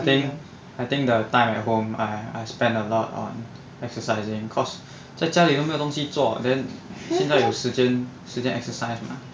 I think I think the time at home I I spend a lot on exercising cause 在家里都有没有东西做 then 现在有时间时间 exercise 吗